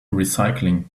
recycling